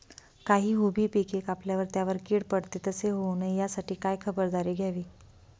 काही उभी पिके कापल्यावर त्यावर कीड पडते, तसे होऊ नये यासाठी काय खबरदारी घ्यावी?